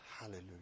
hallelujah